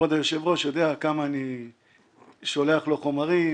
כבוד היושב-ראש יודע כמה אני שולח לו חומרים,